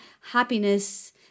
happiness